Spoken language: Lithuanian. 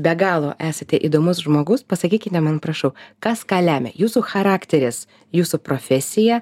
be galo esate įdomus žmogus pasakykite man prašau kas ką lemia jūsų charakteris jūsų profesija